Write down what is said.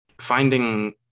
finding